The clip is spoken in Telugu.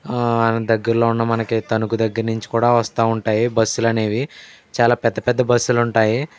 ఆ దగ్గరలో ఉన్న మనకి తణుకు దగ్గర నుంచి కూడా వస్తూ ఉంటాయి బస్సులనేవి చాలా పెద్ద పెద్ద బస్సులుంటాయి